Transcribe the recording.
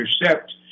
intercept